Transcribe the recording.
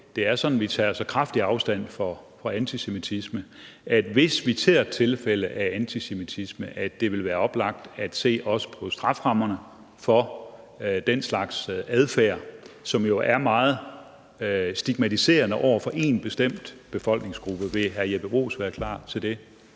det er sådan, at vi tager så kraftigt afstand fra antisemitisme – at hvis vi ser tilfælde af antisemitisme, så vil det også være oplagt at se på strafferammerne for den slags adfærd, som jo er meget stigmatiserende over for en bestemt befolkningsgruppe. Vil hr. Jeppe Bruus være klar til det?